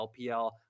LPL